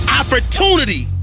opportunity